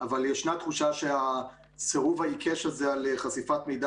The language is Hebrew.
אבל ישנה תחושה שהסירוב העיקש הזה על חשיפת מידע